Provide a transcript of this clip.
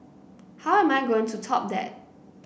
how am I going to top that